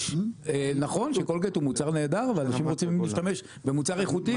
נכון שקולגייט הוא מוצר נהדר ואנשים רוצים להשתמש במוצר איכותי,